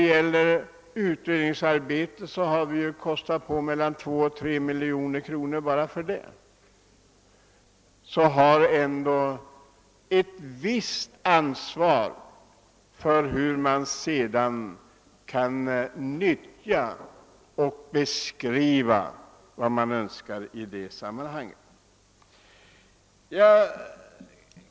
Bara utredningsarbetet har emellertid kostat mellan 2 och 3 miljoner kronor, ooh det innebär ett visst ansvar för att de är i ett skick att man också kan utnyttja resultatet av undersökningarna.